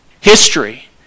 History